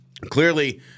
Clearly